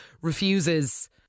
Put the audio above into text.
refuses